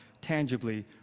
tangibly